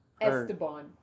Esteban